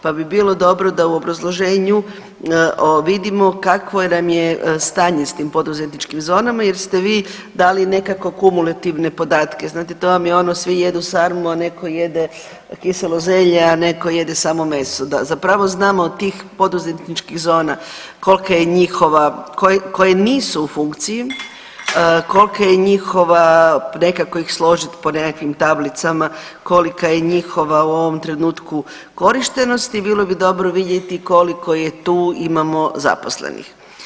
Pa bi bilo dobro da u obrazloženju vidimo kakvo nam je stanje s tim poduzetničkim zonama jer ste vi dali nekako kumulativne podatke, znate, to vam je ono, svi jedu sarmu, a netko jede kiselo zelje, a netko jede samo meso, zapravo znamo tih poduzetničkih zona, kolika je njihova koje nisu u funkciji, kolika je njihova, nekako ih složiti po nekakvim tablicama, kolika je njihova u ovom trenutku korištenost i bilo bi dobro vidjeti, koliko je tu imamo zaposlenih.